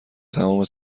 تمام